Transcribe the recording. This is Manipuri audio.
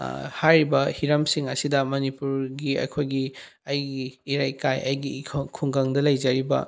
ꯍꯥꯏꯔꯤꯕ ꯍꯤꯔꯝꯁꯤꯡ ꯑꯁꯤꯗ ꯃꯅꯤꯄꯨꯔꯒꯤ ꯑꯩꯈꯣꯏꯒꯤ ꯑꯩꯒꯤ ꯏꯔꯩꯀꯥꯏ ꯑꯩꯒꯤ ꯈꯨꯡꯒꯪꯗ ꯂꯩꯖꯔꯤꯕ